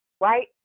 right